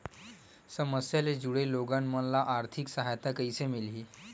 समस्या ले जुड़े लोगन मन ल आर्थिक सहायता कइसे मिलही?